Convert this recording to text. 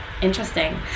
Interesting